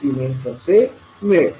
75S असे मिळेल